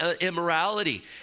immorality